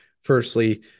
Firstly